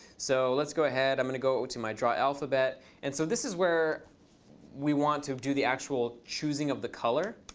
so let's go ahead. i'm going to go to my drawalphabet. and so this is where we want to do the actual choosing of the color.